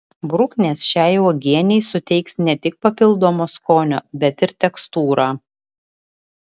bruknės šiai uogienei suteiks ne tik papildomo skonio bet ir tekstūrą